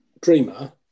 dreamer